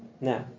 Now